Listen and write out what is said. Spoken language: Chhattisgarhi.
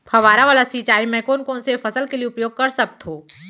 फवारा वाला सिंचाई मैं कोन कोन से फसल के लिए उपयोग कर सकथो?